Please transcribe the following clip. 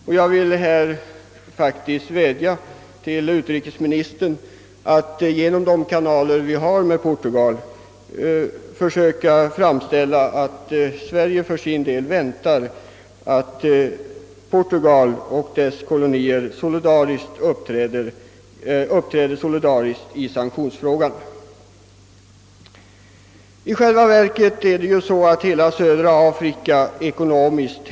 Därför vill jag här vädja till utrikesministern att genom de kanaler vi har med Portugal försöka klargöra, att Sverige för sin del väntar att Portugal och dess kolonier uppträder solidariskt i sanktionsfrågan. I själva verket hänger ju hela södra Afrika ihop ekonomiskt.